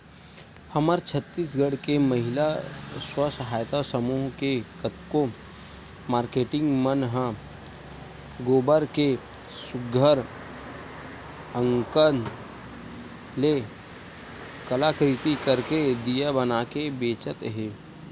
हमर छत्तीसगढ़ के महिला स्व सहयता समूह के कतको मारकेटिंग मन ह गोबर के सुग्घर अंकन ले कलाकृति करके दिया बनाके बेंचत हे